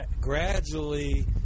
gradually